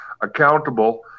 accountable